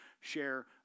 share